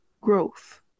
growth